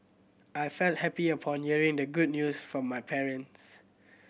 I felt happy upon hearing the good news from my parents